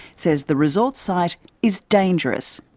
says the resort site is dangerous.